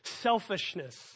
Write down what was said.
selfishness